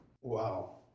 Wow